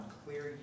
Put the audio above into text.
clear